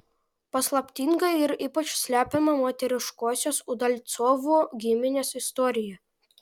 paslaptinga ir ypač slepiama moteriškosios udalcovų giminės istorija